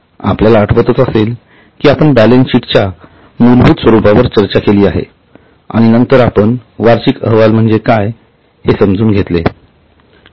आपल्याला आठवत असेल की आपण बॅलन्स शीटच्या मूलभूत स्वरूपावर चर्चा केली आहे आणि नंतर आपण वार्षिक अहवाल म्हणजे काय हे समजून घेतले